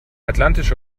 atlantische